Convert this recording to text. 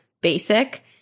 basic